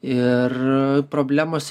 ir problemos